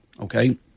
okay